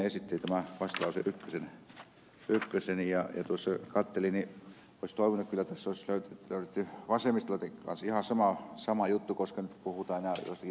kun tuossa katselin niin olisin toivonut että tässä olisi löydetty vasemmistoliitonkin kanssa ihan sama juttu koska nyt puhutaan enää joistakin marginaaleista